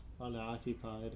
unoccupied